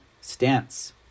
stance